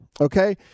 Okay